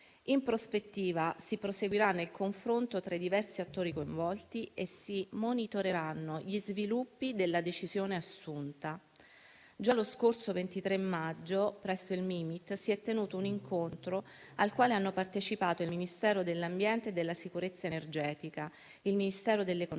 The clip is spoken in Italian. In prospettiva, si proseguirà nel confronto tra i diversi attori coinvolti e si monitoreranno gli sviluppi della decisione assunta. Già lo scorso 23 maggio, presso il Mimit, si è tenuto un incontro al quale hanno partecipato il Ministero dell'ambiente e della sicurezza energetica, il Ministero dell'economia